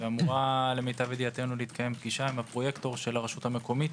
אמורה להתקיים פגישה עם הפרויקטור של הרשות המקומית.